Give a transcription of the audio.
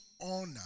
honor